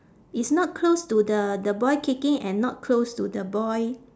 it's not close to the the boy kicking and not close to the boy